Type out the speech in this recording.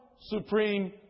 supreme